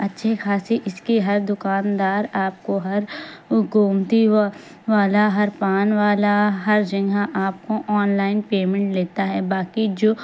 اچھی خاصی اس کی ہر دکاندار آپ کو ہر گومٹی والا ہر پان والا ہر جگہ آپ کو آن لائن پیمنٹ لیتا ہے باقی جو